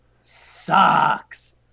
sucks